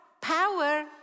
Power